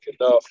enough